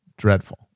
dreadful